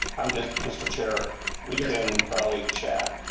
i'm just mister chair we can probably chad.